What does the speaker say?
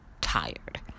tired